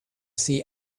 see